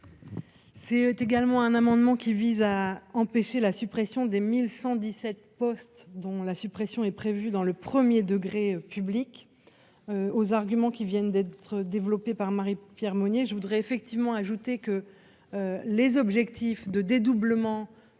C'est également un amendement qui vise à empêcher la suppression des 1117 postes dont la suppression est prévu dans le 1er degré public aux arguments qui viennent d'être développés par Marie-Pierre Monier je voudrais effectivement ajouté que les objectifs de dédoublement,